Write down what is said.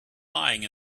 lying